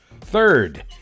Third